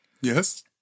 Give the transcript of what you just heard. Yes